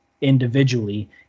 individually